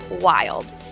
wild